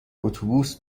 اتوبوس